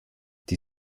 die